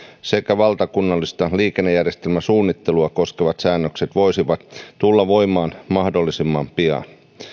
sekä valtakunnallista liikennejärjestelmäsuunnittelua koskevat säännökset voisivat tulla voimaan mahdollisimman pian